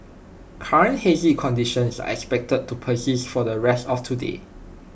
current hazy conditions are expected to persist for the rest of today